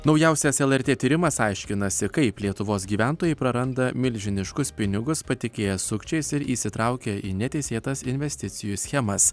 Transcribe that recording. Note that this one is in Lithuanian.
naujausias lrt tyrimas aiškinasi kaip lietuvos gyventojai praranda milžiniškus pinigus patikėję sukčiais ir įsitraukė į neteisėtas investicijų schemas